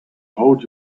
hold